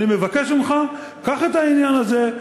אני מבקש ממך: קח את העניין הזה,